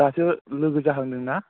दासो लोगो जाहांदोंना